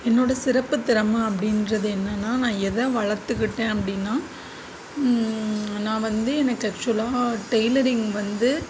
என்னோட சிறப்புத்திறமை அப்படின்றது என்னன்னா நான் எதை வளர்த்துக்கிட்டேன் அப்படின்னா நான் வந்து எனக்கு அக்சுவலாக டெய்லரிங் வந்து